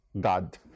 God